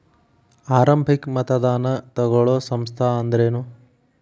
ಆರಂಭಿಕ್ ಮತದಾನಾ ತಗೋಳೋ ಸಂಸ್ಥಾ ಅಂದ್ರೇನು?